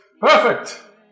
Perfect